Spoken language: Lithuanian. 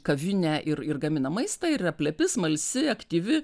kavinę ir ir gamina maistą ir yra plepi smalsi aktyvi